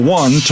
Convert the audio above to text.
one